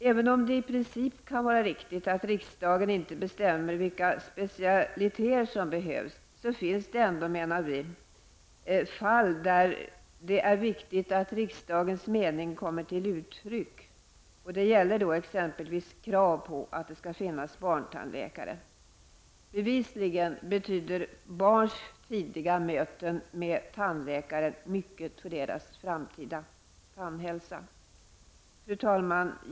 Även om det i princip kan vara riktigt att riksdagen inte bestämmer vilka specialiteter som behövs, finns det ändå, menar vi, fall där det är viktigt att riksdagens mening kommer till uttryck. Det gäller exempelvis krav på att det skall finnas barntandläkare. Bevisligen betyder barns tidiga möten med tandläkare mycket för deras framtida tandhälsa. Fru talman!